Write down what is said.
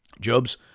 Job's